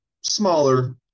smaller